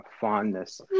fondness